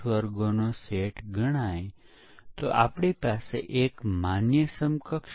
જેને આ આપણે આ લીલા લંબચોરસ લીલા હીરા દ્વારા બતાવી રહ્યા છીએ